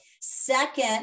Second